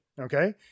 Okay